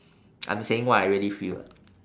I'm saying what I really feel lah